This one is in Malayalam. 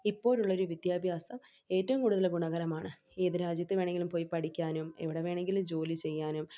ഇപ്പോഴുള്ള ഒരു വിദ്യാഭ്യാസം ഏറ്റവും കൂടുതൽ ഗുണകരമാണ് ഏത് രാജ്യത്ത് വേണമെങ്കിലും പോയി പഠിക്കാനും എവിടെ വേണമെങ്കിലും ജോലി ചെയ്യാനും